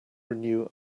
renew